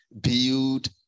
build